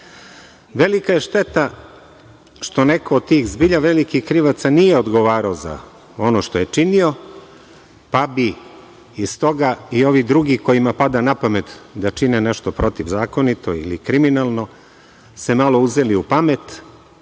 Velika je šteta što neko od tih zbilja velikih krivica nije odgovarao za ono što je činio, pa bi iz toga i ovi drugi kojima pada napamet da čine nešto protivzakonito ili kriminalno se malo uzeli u pamet